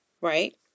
right